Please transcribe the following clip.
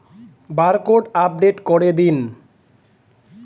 Barcode update করে দিন?